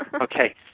Okay